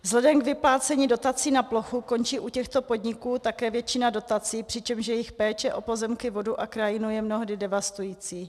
Vzhledem k vyplácení dotací na plochu končí u těchto podniků také většina dotací, přičemž jejich péče o pozemky, vodu a krajinu je mnohdy devastující.